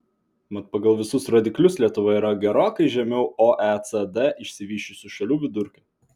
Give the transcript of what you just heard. mat pagal visus rodiklius lietuva yra gerokai žemiau oecd išsivysčiusių šalių vidurkio